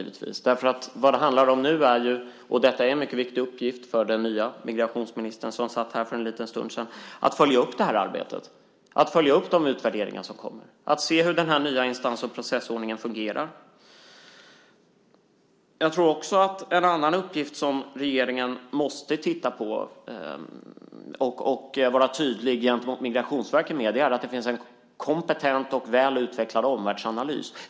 Vad det handlar om nu - detta är en mycket viktig uppgift för den nya migrationsministern - är att följa upp det här arbetet, att följa upp de utvärderingar som kommer, att se hur den nya instans och processordningen fungerar. Jag tror också att en annan uppgift som regeringen måste titta på och vara tydlig med gentemot Migrationsverket är att det ska finnas en kompetent och välutvecklad omvärldsanalys.